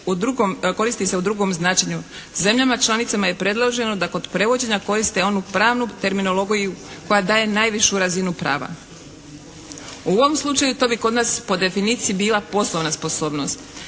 koristi se u drugom značenju. Zemljama članicama je predloženo da kod prevođenja koriste onu pravnu terminologiju koja daje najvišu razinu prava. U ovom slučaju to bi kod nas po definiciji bila poslovna sposobnost.